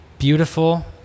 beautiful